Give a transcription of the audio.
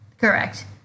Correct